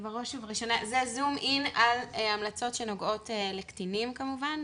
זה זום אין על המלצות שנוגעות לקטינים כמובן,